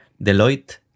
Deloitte